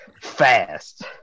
fast